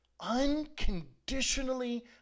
unconditionally